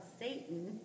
Satan